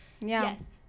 yes